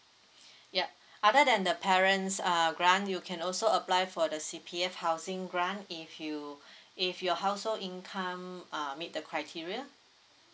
yup other than the parents uh grant you can also apply for the C_P_F housing grant if you if your household income err meet the criteria